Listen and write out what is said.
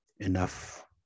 enough